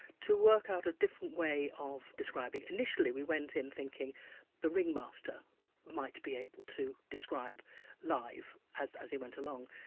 to work out a different way of describing. initially we went in thinking the ringmaster might be able to describe live, as as he went along.